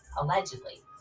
allegedly